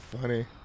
funny